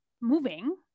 moving